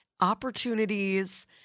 opportunities